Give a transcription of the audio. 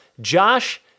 Josh